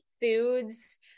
foods